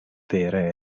vere